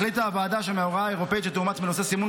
החליטה הוועדה שמההוראה האירופאית שתאומץ בנושא סימון